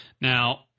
Now